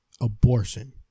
abortion